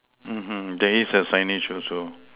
mmhmm there is a signage also